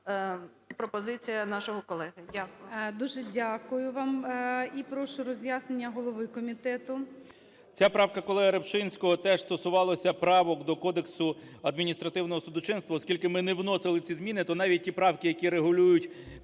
пропозиція нашого колеги. Дякую. ГОЛОВУЮЧИЙ. Дуже дякую вам. І прошу роз'яснення голови комітету. 13:43:58 КНЯЖИЦЬКИЙ М.Л. Ця правка колеги Рибчинського теж стосувалася правок до Кодексу адміністративного судочинства. Оскільки ми не вносили ці зміни, то навіть ті правки, які регулюють